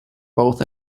both